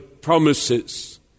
promises